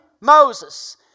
Moses